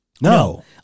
No